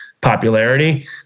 popularity